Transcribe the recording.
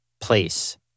place